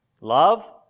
Love